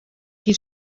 qui